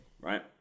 right